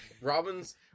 Robin's